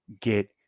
get